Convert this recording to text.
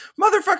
Motherfucker